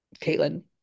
Caitlin